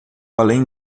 além